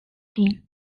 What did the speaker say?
team